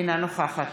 אינה נוכחת